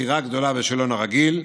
בחירה גדולה בשאלון הרגיל,